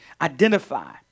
identify